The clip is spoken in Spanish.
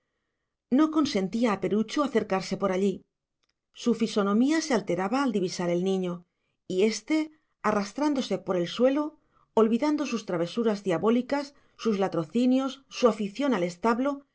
no consentía a perucho acercarse por allí su fisonomía se alteraba al divisar el niño y éste arrastrándose por el suelo olvidando sus travesuras diabólicas sus latrocinios su afición al establo